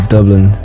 Dublin